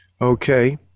okay